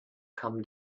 come